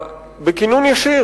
בכינון ישיר?